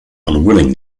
unwilling